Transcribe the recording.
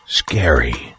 scary